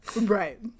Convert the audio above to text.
Right